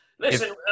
Listen